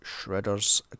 Shredder's